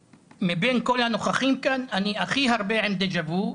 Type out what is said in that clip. מבין כל הנוכחים כאן אני הכי הרבה עם דז'ה וו.